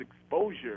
exposure